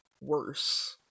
worse